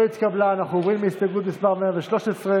ההסתייגות (112)